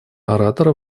оратора